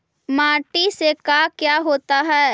माटी से का क्या होता है?